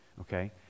okay